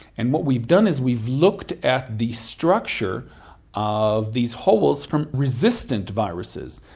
and what we've done is we've looked at the structure of these holes from resistant viruses,